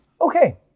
Okay